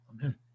Amen